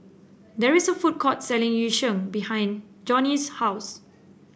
there is a food court selling Yu Sheng behind Johney's house